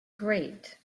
great